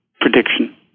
prediction